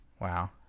Wow